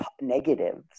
negatives